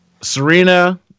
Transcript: Serena